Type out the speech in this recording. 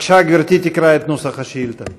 בבקשה, גברתי תקרא את נוסח השאילתה.